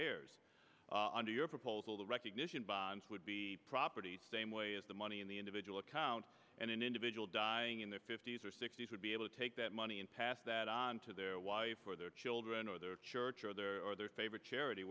heirs under your proposal the recognition bonds would be property same way the money in the individual accounts and an individual dying in their fifty's or sixty's would be able to take that money and pass that on to their wife or their children or their church or their or their favorite charity